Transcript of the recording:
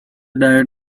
diet